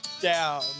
down